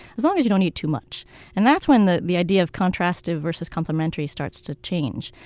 as long as you don't eat too much and that's when the the idea of contrastive versus complementary starts to change.